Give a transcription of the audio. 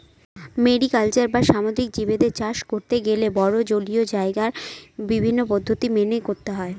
mariculture বা সামুদ্রিক জীবদের চাষ করতে গেলে বড়ো জলীয় জায়গায় বিভিন্ন পদ্ধতি মেনে করতে হয়